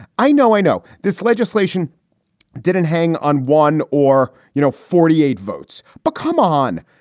i know i know this legislation didn't hang on one or, you know, forty eight votes. but come on.